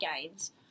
gains